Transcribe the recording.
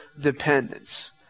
dependence